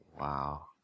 Wow